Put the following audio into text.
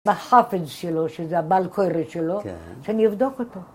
‫בחפץ שלו, שזה הבלקורת שלו, ‫שאני אבדוק אותו.